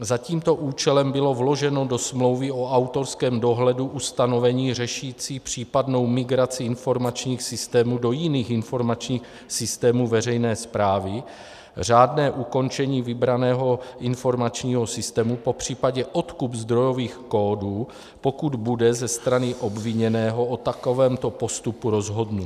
Za tímto účelem bylo vloženo do smlouvy o autorském dohledu ustanovení řešící případnou migraci informačních systémů do jiných informačních systémů veřejné správy, řádné ukončení vybraného informačního systému, popřípadě odkup zdrojových kódů, pokud bude ze strany obviněného o takovémto postupu rozhodnuto.